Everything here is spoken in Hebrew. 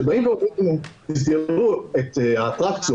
כשאומרים לנו: תסגרו את האטרקציות,